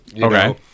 okay